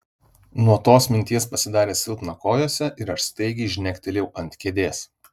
nuo tos minties pasidarė silpna kojose ir aš staigiai žnektelėjau ant kėdės